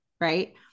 right